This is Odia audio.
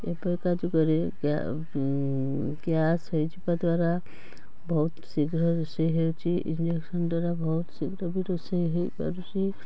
ଏବେକା ଯୁଗରେ ଗ୍ୟାସ୍ ହୋଇଯିବା ଦ୍ୱାରା ବହୁତ ଶୀଘ୍ର ରୋଷେଇ ହେଉଛି ଇଂଡ଼କ୍ସନ ଦ୍ୱାରା ବି ବହୁତ ଶୀଘ୍ର ରୋଷେଇ ହେଇପାରୁଛି